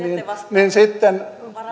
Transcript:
niin sitten